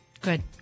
Good